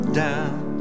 down